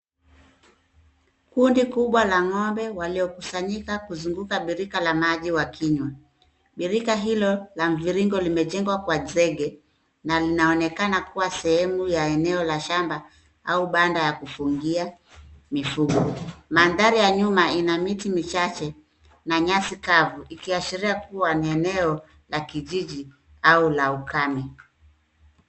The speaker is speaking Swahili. Kundi kubwa la ng'ombe waliokusanyika kuzunguka birika la maji wakinywa. Birika hilo la mviringo limejengwa kwa zege, na linaonekana kuwa sehemu ya eneo la shamba au banda ya kufungia mifugo. Mandhari ya nyuma ina miti michache na nyasi kavu ikiashiria kuwa ni eneo la kijiji au la ukame.